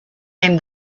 came